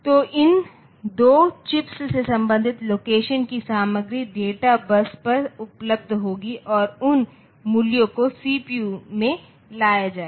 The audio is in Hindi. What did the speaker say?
तो इन दो चिप्स से संबंधित लोकेशन की सामग्री डेटा बस पर उपलब्ध होगी और उन मूल्यों को सीपीयू में लाया जाएगा